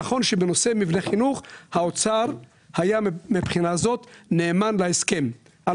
נכון שבנושא מבני חינוך האוצר היה מבחינה זאת נאמן להסכם על